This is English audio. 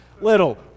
little